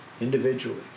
individually